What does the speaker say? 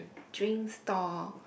drink stall